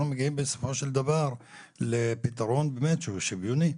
מגיעים בסופו של דבר לפתרון שהוא באמת שוויוני.